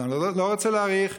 אני לא רוצה להאריך.